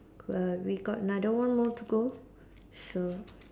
well we got another one more to go so